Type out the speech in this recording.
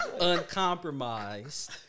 uncompromised